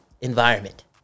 environment